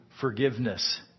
forgiveness